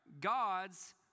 God's